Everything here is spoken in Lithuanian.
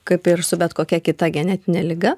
kaip ir su bet kokia kita genetine liga